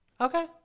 Okay